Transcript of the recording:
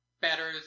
better